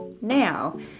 now